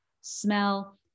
smell